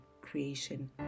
Creation